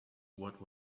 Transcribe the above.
what